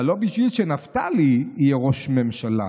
אבל לא בשביל שנפתלי יהיה ראש ממשלה.